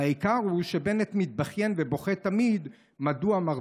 והעיקר הוא שבנט מתבכיין ובוכה תמיד מדוע מר